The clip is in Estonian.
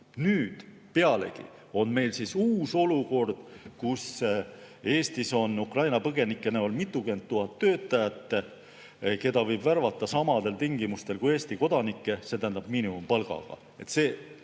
Pealegi on meil uus olukord, kus Eestis on Ukraina põgenike näol mitukümmend tuhat töötajat, keda võib värvata samadel tingimustel kui Eesti kodanikke, see tähendab miinimumpalgaga.